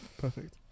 Perfect